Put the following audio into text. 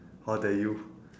how dare you